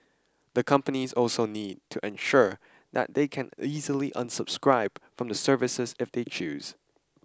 the companies also need to ensure that they can easily unsubscribe from the service if they choose